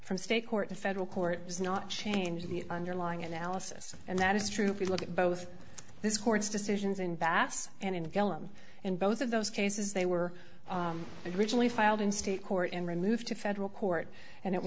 from state court to federal court does not change the underlying analysis and that is true if you look at both this court's decisions in bass and in gillum and both of those cases they were originally filed in state court and removed to federal court and it